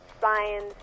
science